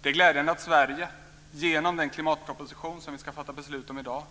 Det är glädjande att Sverige genom den klimatproposition som vi ska fatta beslut om i dag